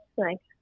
Thanks